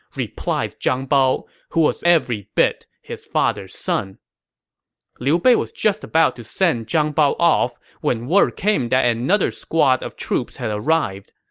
replied zhang bao, who was every bit his father's son liu bei was just about to send zhang bao off when word came that another squad of troops had arrived.